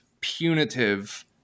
punitive